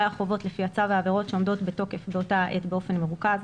החובות לפי הצו והעבירות שעומדות בתוקף באותה עת באופן ממוקד.